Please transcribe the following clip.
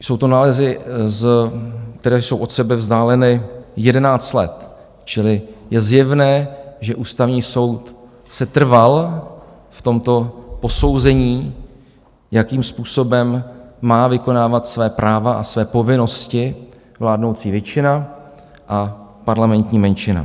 Jsou to nálezy, které jsou od sebe vzdáleny jedenáct let, čili je zjevné, že Ústavní soud setrval v tomto posouzení, jakým způsobem má vykonávat svá práva a své povinnosti vládnoucí většina a parlamentní menšina.